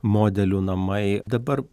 modelių namai dabar